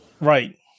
Right